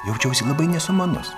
jaučiausi labai nesumanus